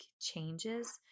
changes